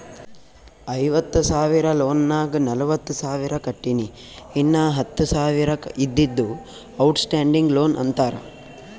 ಐವತ್ತ ಸಾವಿರ ಲೋನ್ ನಾಗ್ ನಲ್ವತ್ತ ಸಾವಿರ ಕಟ್ಟಿನಿ ಇನ್ನಾ ಹತ್ತ ಸಾವಿರ ಇದ್ದಿದ್ದು ಔಟ್ ಸ್ಟ್ಯಾಂಡಿಂಗ್ ಲೋನ್ ಅಂತಾರ